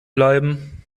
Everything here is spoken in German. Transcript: bleiben